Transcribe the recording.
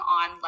on